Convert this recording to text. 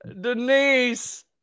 Denise